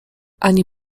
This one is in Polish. ani